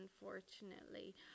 unfortunately